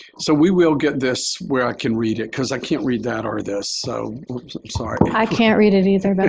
so we will get this where i can read it because i can't read that or this. so sorry. i can't read it either, but